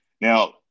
Now